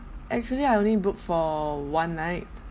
actually I only booked for one night